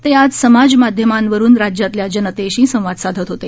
ते आज समाजमाध्यमांवरून राज्यातल्या जनतेशी संवाद साधत होते